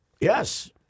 Yes